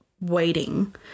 waiting